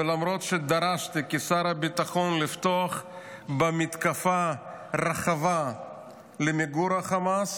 ולמרות שדרשתי כשר הביטחון לפתוח במתקפה רחבה למיגור החמאס,